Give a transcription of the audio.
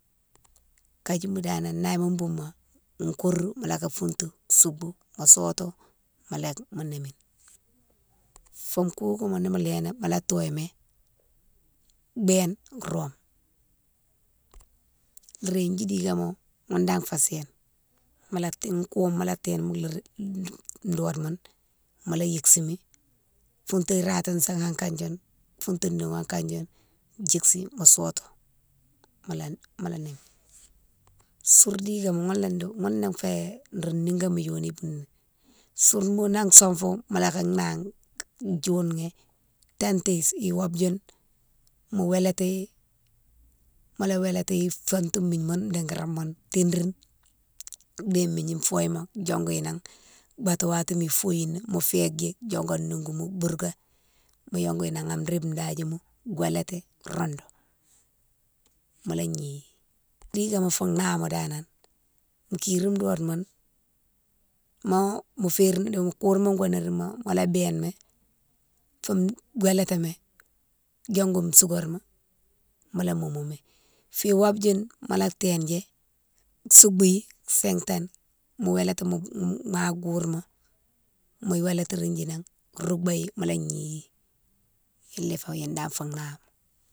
Kadjima danan naye ma boumo, u'korou mola ga fountou soubou, mo soto mola yike mo némine. Fo koukou mounne nimo léni mola toye mi, béne rome, lérindji dikema ghounne dane fé séne, mola té, koume mola téne mi loroune dode mounne mola yiksimi fountou rati sighane kane dioune, fountou nougha kane dioune djiksi mo sotou, mola mola nimine. Soure dikema ghounné dimo, ghounne lé fé nro nigoma yoni, soure ma na sonfou mola ka naghe diounghi tindi iwobe younne mo wélatighi, mola wélatighi fountou migne mounne digrimoune tirine déye migni fouye ma diongou nan bété watima fouye ni fo féke dji diongou an nougouma bourké mo yongou nan an ribe dadjimo wélati roudou mola gnighi. Ribe dikema fou naghama dane nan, kirine dode mounne mo férine di mo kourma mo nérine mo mola béne mi fo gouilétimi diongou sucare ma mola moumou mi, fi wobe younne mola tindji soubou sintane mo gouilétine ma kourma mo gouilétini nan, roubéyi mola gnighi, ghounné fé ghounne dane fou nah ma.